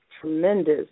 tremendous